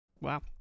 Wow